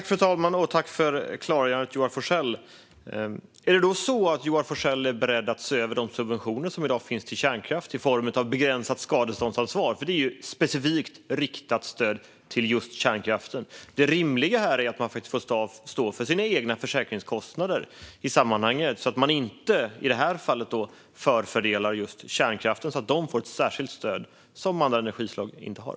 Fru talman! Tack, Joar Forssell, för klargörandet! Är då Joar Forssell beredd att se över de subventioner till kärnkraft som i dag finns i form av begränsat skadeståndsansvar? Det är ju ett riktat stöd specifikt till kärnkraften. Det rimliga är att man faktiskt får stå för sina egna försäkringskostnader i sammanhanget, så att man inte i det här fallet ger kärnkraften fördelen av att få ett stöd som andra energislag inte får.